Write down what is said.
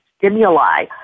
stimuli